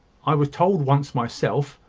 i was told once myself,